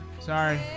Sorry